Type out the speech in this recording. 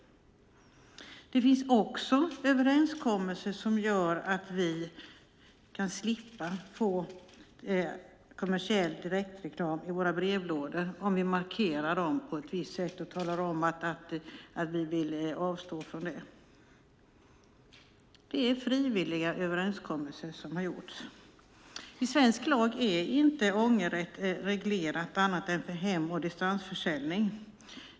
Det finns överenskommelser som gör att vi kan slippa få kommersiell direktreklam i våra brevlådor om vi markerar dem på ett visst sätt för att tala om att vi vill avstå från det. Det är frivilliga överenskommelser. I svensk lag är inte ångerrätt reglerad annat än för hem och distansförsäljning.